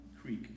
Creek